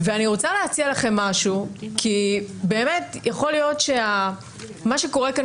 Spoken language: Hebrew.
אני רוצה להציע לכם משהו כי באמת יכול להיות שמה שקורה כאן